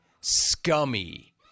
scummy